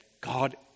God